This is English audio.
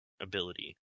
ability